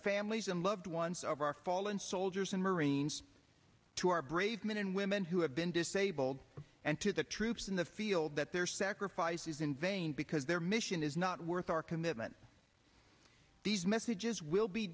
families and loved ones of our fallen soldiers and marines to our brave men and women who have been disabled and to the troops in the field that their sacrifices in vain because their mission is not worth our commitment these messages will be